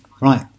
Right